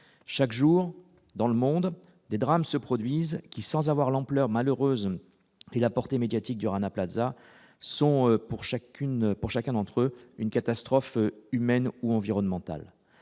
chaque jour dans le monde des drames se produisent qui, sans avoir l'ampleur malheureuse et la portée médiatique du Rana Plaza sont, pour chacune, pour chacun d'entre eux, une catastrophe humaine ou environnementale